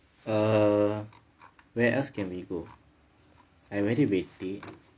err where else can we go I very